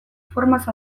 formaz